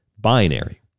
binary